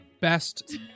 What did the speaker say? best